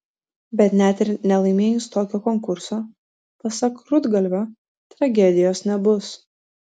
bet net ir nelaimėjus tokio konkurso pasak rudgalvio tragedijos nebus